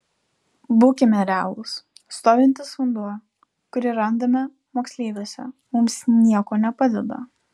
būkime realūs stovintis vanduo kurį randame moksleiviuose mums nieko nepadeda